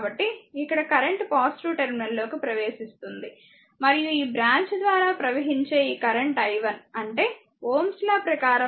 కాబట్టి ఇక్కడ current positive టెర్మినల్లోకి ప్రవేశిస్తుంది మరియు ఈ బ్రాంచ్ ద్వారా ప్రవహించే ఈ కరెంట్ i 1 అంటే Ωs లా ప్రకారం ఇది 5 i1 అవుతుంది